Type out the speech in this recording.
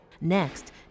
Next